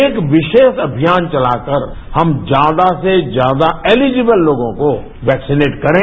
एक विशेष अभियान चलाकर हम ज्यादा से ज्यादा एलीजब्ल लोगों को वैक्सीनेट करें